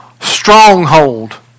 stronghold